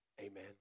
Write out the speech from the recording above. Amen